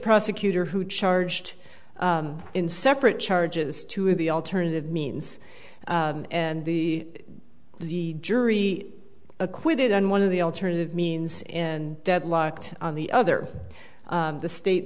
prosecutor who charged in separate charges two of the alternative means and the the jury acquitted on one of the alternative means in deadlocked on the other the state